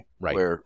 Right